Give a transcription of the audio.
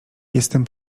jestem